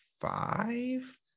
five